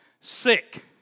sick